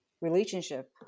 relationship